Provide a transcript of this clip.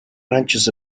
branches